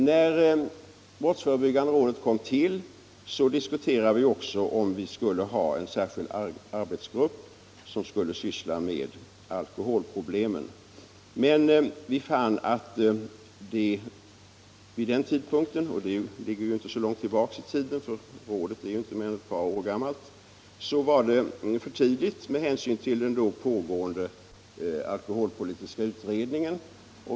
När brottsförebyggande rådet kom till diskuterade vi också om vi skulle ha en särskild arbetsgrupp som sysslade med alkoholproblem. Men vi fann att det vid den tidpunkten — och den ligger inte så långt tillbaka, eftersom rådet bara är ett par år gammalt — inte var lämpligt med hänsyn till den då pågående alkoholpolitiska utredningen.